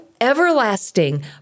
everlasting